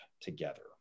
together